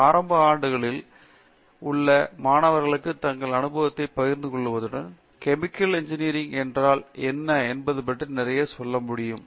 ஆரம்ப ஆண்டுகளில் உள்ள மாணவர்களுக்கு தங்கள் அனுபவத்தை பகிர்ந்துகொள்வதுடன் கெமிக்கல் இன்ஜினியரிங் என்றால் என்ன என்பது பற்றி நிறைய சொல்ல முடியும்